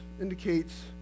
indicates